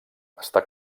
està